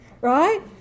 Right